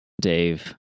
Dave